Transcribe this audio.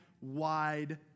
wide